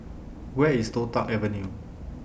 Where IS Toh Tuck Avenue